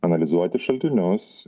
analizuoti šaltinius